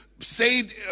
Saved